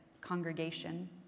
congregation